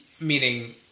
meaning